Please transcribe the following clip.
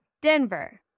Denver